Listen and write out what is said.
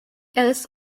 else